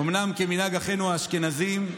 אומנם כמנהג אחינו האשכנזים,